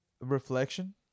Reflection